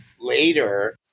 later